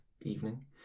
evening